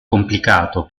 complicato